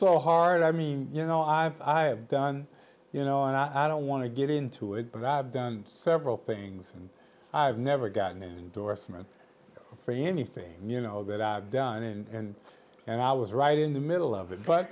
so hard i mean you know i've i've done you know i don't want to get into it but i've done several things and i've never gotten endorsement for anything you know that i've done and and i was right in the middle of it but